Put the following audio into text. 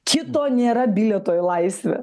kito nėra bilieto į laisvę